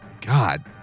God